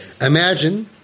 Imagine